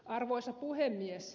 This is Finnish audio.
arvoisa puhemies